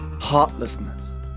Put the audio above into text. heartlessness